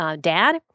dad